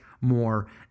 more